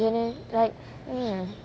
genuine right hmm